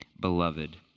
beloved